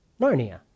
Narnia